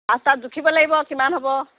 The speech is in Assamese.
পাঁচটাত জুখিব লাগিব কিমান হ'ব